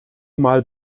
mal